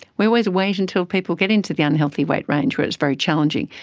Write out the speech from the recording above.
we always wait until people get into the unhealthy weight range where it's very challenging,